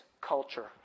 culture